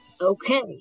Okay